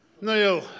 Neil